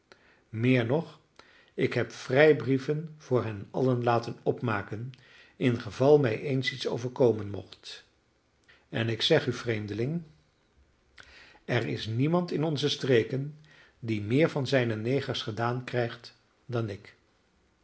meer nog ik heb vrijbrieven voor hen allen laten opmaken ingeval mij eens iets overkomen mocht en ik zeg u vreemdeling er is niemand in onze streken die meer van zijne negers gedaan krijgt dan ik